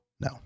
No